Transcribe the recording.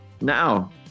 now